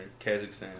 Kazakhstan